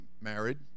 married